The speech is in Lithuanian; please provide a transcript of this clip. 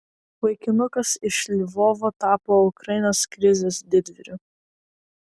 vaikinukas iš lvovo tapo ukrainos krizės didvyriu